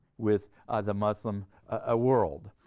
with the muslim ah world.